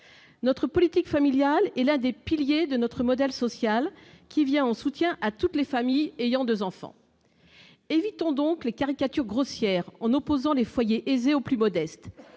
Notre politique familiale est l'un des piliers de notre modèle social qui vient en soutien à toutes les familles ayant deux enfants. Évitons donc les caricatures grossières en opposant les foyers aisés aux plus modestes.